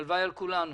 הלוואי על כולנו.